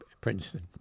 Princeton